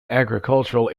agricultural